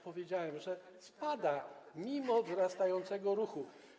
Powiedziałem, że ona spada mimo wzrastającego ruchu.